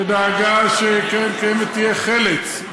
שדאגה שקרן קיימת תהיה חל"צ,